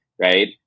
Right